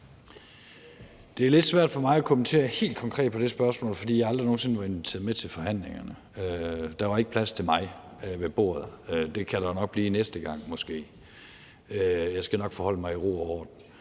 Det er lidt svært for mig at kommentere helt konkret på det spørgsmål, fordi jeg aldrig nogen sinde var inviteret med til forhandlingerne. Der var ikke plads til mig ved bordet. Det kan der måske nok blive næste gang, og jeg skal nok forholde mig i god ro og orden